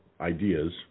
ideas